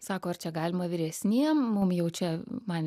sako ar čia galima vyresniem mum jau čia man